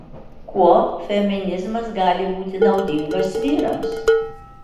kuo feminizmas gali būti naudingas vyrams